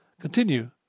Continue